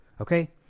Okay